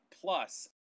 plus